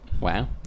Wow